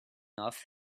off